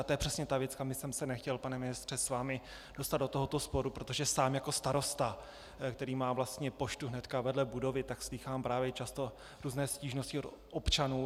A to je přesně ta věc, kam bych se nechtěl, pane ministře, s vámi dostat do tohoto sporu, protože sám jako starosta, který má vlastně poštu hned vedle budovy, slýchám právě často různé stížnosti od občanů.